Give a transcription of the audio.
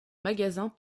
magasin